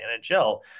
NHL